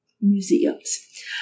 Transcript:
museums